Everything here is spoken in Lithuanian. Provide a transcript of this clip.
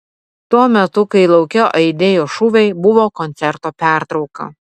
tuo metu kai lauke aidėjo šūviai buvo koncerto pertrauka